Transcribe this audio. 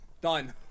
Done